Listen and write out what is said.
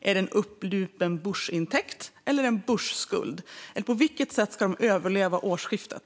Är det en upplupen Busch-intäkt eller en Busch-skuld? På vilket sätt ska de överleva årsskiftet?